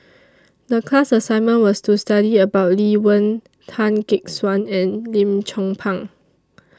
The class assignment was to study about Lee Wen Tan Gek Suan and Lim Chong Pang